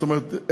זאת אומרת,